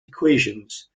equations